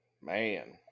Man